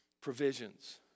provisions